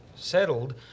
settled